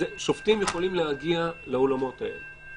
שופטים יכולים להגיע לאולמות היום.